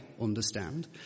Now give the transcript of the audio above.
understand